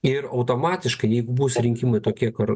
ir automatiškai jeigu bus rinkimai tokie kur